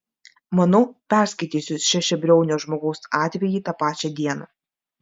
manau perskaitysiu šešiabriaunio žmogaus atvejį tą pačią dieną